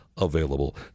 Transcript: available